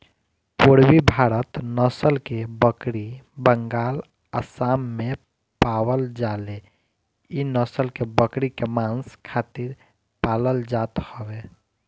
पुरबी भारत नसल के बकरी बंगाल, आसाम में पावल जाले इ नसल के बकरी के मांस खातिर पालल जात हवे